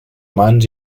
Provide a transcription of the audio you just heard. mans